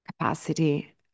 capacity